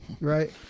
right